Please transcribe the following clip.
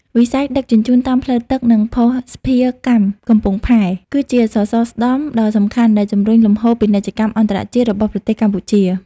វិស័យដឹកជញ្ជូនតាមផ្លូវទឹក និងភស្តុភារកម្មកំពង់ផែ គឺជាសសរស្តម្ភដ៏សំខាន់ដែលជំរុញលំហូរពាណិជ្ជកម្មអន្តរជាតិរបស់ប្រទេសកម្ពុជា។